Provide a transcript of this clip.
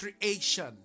creation